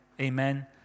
amen